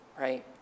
right